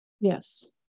Yes